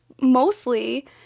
mostly